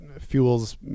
fuels